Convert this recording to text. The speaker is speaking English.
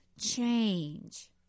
change